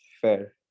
fair